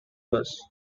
was